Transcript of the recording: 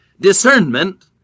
Discernment